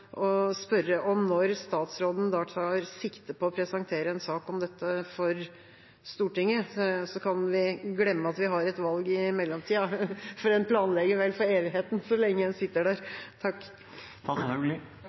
presentere en sak om dette for Stortinget? Så kan vi glemme at vi har et valg i mellomtida, for en planlegger vel for evigheten så lenge en sitter der.